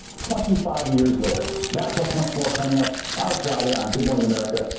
twenty five years later that plus much more coming up on a friday on good morning america.